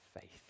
faith